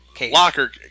locker